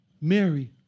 Mary